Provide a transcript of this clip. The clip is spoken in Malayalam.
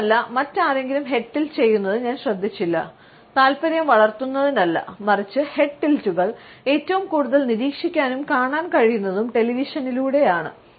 മാത്രമല്ല മറ്റാരെങ്കിലും ഹെഡ് ടിൽറ്റ് ചെയ്യുന്നത് ഞാൻ ശ്രദ്ധിച്ചില്ല താൽപര്യം വളർത്തുന്നതിനല്ല മറിച്ച് ഹെഡ് ടിൽറ്റുകൾ ഏറ്റവും കൂടുതൽ നിരീക്ഷിക്കാനും കാണാൻ കഴിയുന്നതും ടെലിവിഷനിലൂടെ ആണ്